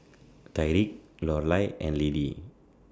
Tyriq Lorelai and Lidie